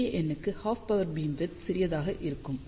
பெரிய n க்கு half power beam width சிறியதாக இருக்கும்